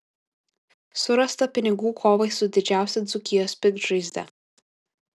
surasta pinigų kovai su didžiausia dzūkijos piktžaizde